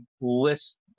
list